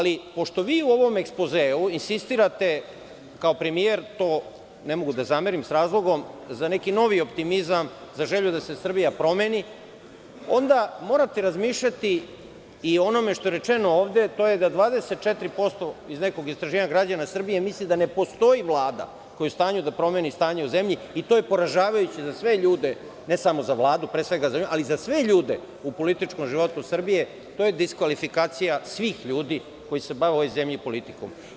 Pošto vi u ovom ekspozeu insistirate, kaopremijer, to ne mogu da zamerim, sa razlogom, za neki novi optimizam, za želju da se Srbija promeni, onda morate razmišljati i o onome što je rečeno ovde, a to je da 24%, iz nekog istraživanja, građana Srbije misli da ne postoji Vlada koja je u stanju da promeni stanje u zemlji i to je poražavajuće za sve ljude, ne samo za Vladu, pre svega za nju, ali za sve ljude u političkom životu Srbije to je diskvalifikacija svih ljudi koji se bave u ovoj zemlji politikom.